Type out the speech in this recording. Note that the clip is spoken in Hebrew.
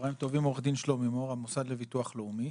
צוהריים טובים, אני מהמוסד לביטוח לאומי.